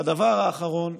והדבר האחרון,